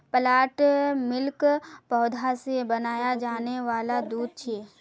plant milk पौधा से बनाया जाने वाला दूध छे